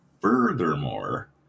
furthermore